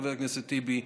חבר הכנסת טיבי,